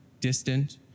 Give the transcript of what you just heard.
distant